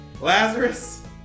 Lazarus